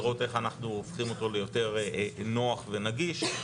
לראות איך אנחנו הופכים אותו ליותר נוח ונגיש,